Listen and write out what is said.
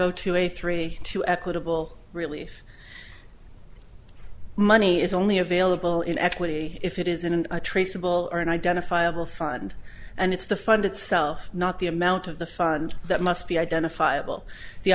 zero two eight three two equitable relief money is only available in equity if it is in an traceable or an identifiable fund and it's the fund itself not the amount of the fund that must be identifiable the